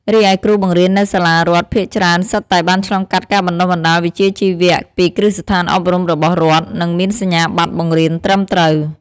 រីឯគ្រូបង្រៀននៅសាលារដ្ឋភាគច្រើនសុទ្ធតែបានឆ្លងកាត់ការបណ្តុះបណ្តាលវិជ្ជាជីវៈពីគ្រឹះស្ថានអប់រំរបស់រដ្ឋ និងមានសញ្ញាបត្របង្រៀនត្រឹមត្រូវ។